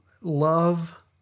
Love